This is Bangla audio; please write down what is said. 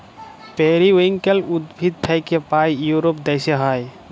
পেরিউইঙ্কেল উদ্ভিদ থাক্যে পায় ইউরোপ দ্যাশে হ্যয়